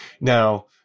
Now